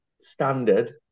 standard